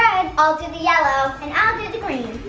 and i'll do the yellow. and i'll do the green.